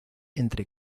entre